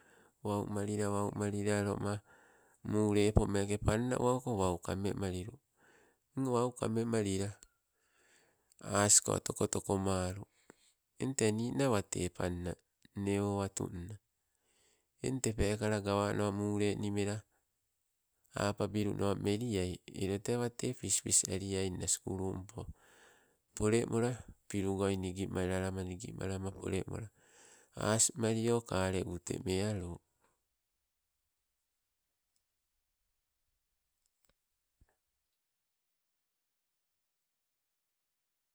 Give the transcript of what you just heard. Wau malila, wau malila, aloma muu lepo meeke panna owaluko wau kammemalilu. Eng wau kamemalila asko toko toko maalu, eng tee ninna wate panna nne, owatunna. Eng te peekala gawano mule ni mela, a pabiluno meliai elo tee wate pispis aliaina sukulumpo polemola pilugoi nigimalama nigimalama, polemola, asmalio kaleu te mealu.